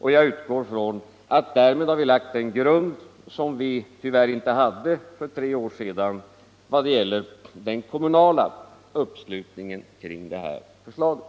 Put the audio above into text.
Jag utgår från att vi därmed har lagt den grund som vi tyvärr inte hade för tre år sedan för den kommunala uppslutningen kring förslaget.